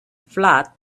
flat